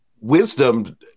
wisdom